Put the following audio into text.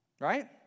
Right